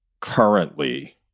currently